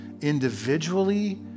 individually